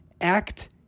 act